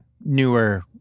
newer